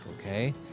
okay